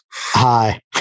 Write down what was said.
Hi